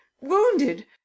wounded